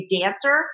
dancer